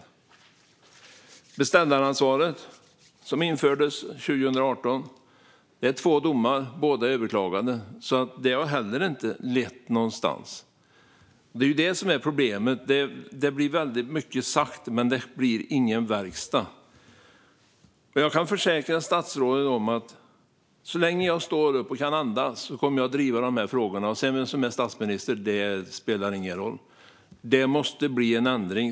När det gäller beställaransvaret, som infördes 2018, finns två domar som båda är överklagade, så det har heller inte lett någonstans. Problemet är att det blir väldigt mycket sagt men ingen verkstad. Jag kan försäkra statsrådet om att så länge jag står upp och kan andas kommer jag att driva dessa frågor. Vem som är statsminister spelar ingen roll. Det måste bli en ändring.